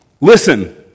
Listen